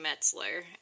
Metzler